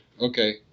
Okay